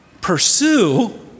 Pursue